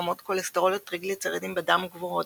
רמות כולסטרול וטריגליצרידים בדם גבוהות,